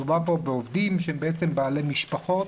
מדובר פה בעובדים שהם בעלי משפחות